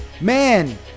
man